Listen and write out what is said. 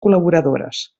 col·laboradores